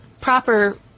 proper